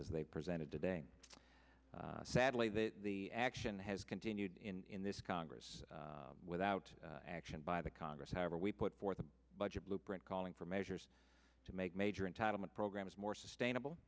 as they presented today sadly that the action has continued in this congress without action by the congress however we put forth a budget blueprint calling for measures to make major entitlement programs more sustainable